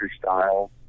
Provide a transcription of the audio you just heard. style